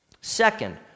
Second